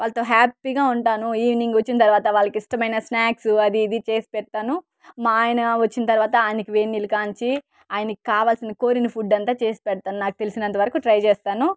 వాళ్ళతో హ్యాపీగా ఉంటాను ఈవినింగ్ వచ్చిన తర్వాత వాళ్ళకిష్టమైన స్నాక్సు అది ఇది చేసి పెడతాను మా ఆయన వచ్చిన తర్వాత ఆయనకు వేడినీళ్ళు కాంచి ఆయనకి కావాల్సింది కోరిన ఫుడ్ అంతా చేసి పెడతాను నాకు తెలిసినంత వరకు ట్రై చేస్తాను